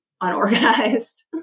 unorganized